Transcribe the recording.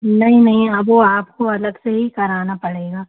नहीं नहीं अब वह आपको अलग से ही कराना पड़ेगा